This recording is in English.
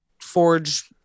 forge